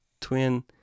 twin